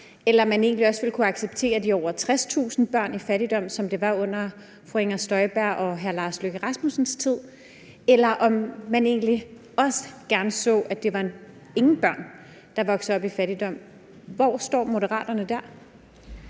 eller om man egentlig også ville kunne acceptere de over 60.000 børn i fattigdom, som det var i fru Inger Støjberg og hr. Lars Løkke Rasmussens tid, eller om man egentlig også gerne så, at der ingen børn var, der voksede op i fattigdom. Hvor står Moderaterne der?